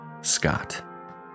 Scott